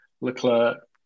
Leclerc